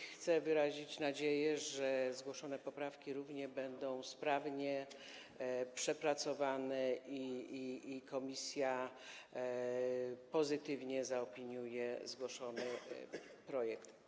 Chcę wyrazić nadzieję, że zgłoszone poprawki będą równie sprawnie przepracowane i komisja pozytywnie zaopiniuje zgłoszony projekt.